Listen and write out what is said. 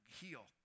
heal